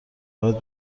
باید